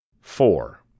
Four